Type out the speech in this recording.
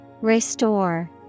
Restore